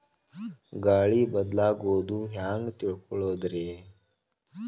ಗಾಳಿ ಬದಲಾಗೊದು ಹ್ಯಾಂಗ್ ತಿಳ್ಕೋಳೊದ್ರೇ?